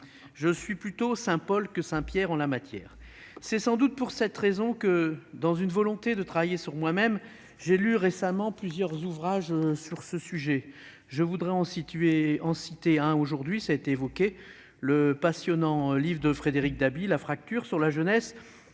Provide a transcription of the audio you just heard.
je suis plutôt saint Paul que saint Pierre en la matière ... C'est sans doute pour cette raison que, dans une volonté de travailler sur moi-même, j'ai récemment lu plusieurs ouvrages sur ce sujet. Je voudrais en citer un aujourd'hui, à savoir le livre passionnant de Frédéric Dabi,, qui traite de l'évolution de